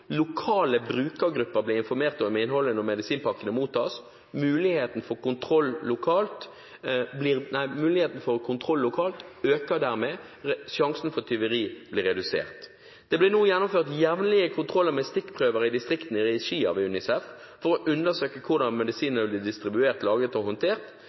lokale brukergrupper blir informert om innholdet når medisinpakkene mottas. Muligheten for kontroll lokalt øker dermed, og sjansen for tyveri blir redusert. Det blir nå gjennomført jevnlige kontroller med stikkprøver i distriktene i regi av UNICEF for å undersøke hvordan medisinene blir distribuert, lagret og håndtert